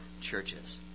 churches